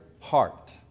heart